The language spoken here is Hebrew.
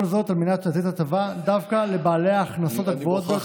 כל זאת על מנת לתת הטבה דווקא לבעלי ההכנסות הגבוהות ביותר בעת הזאת.